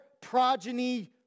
progeny